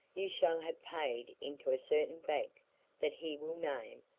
you shall have paid into a certain bank that he will name,